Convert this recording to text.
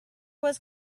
was